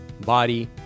body